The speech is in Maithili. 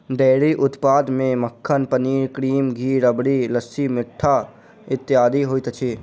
डेयरी उत्पाद मे मक्खन, पनीर, क्रीम, घी, राबड़ी, लस्सी, मट्ठा इत्यादि होइत अछि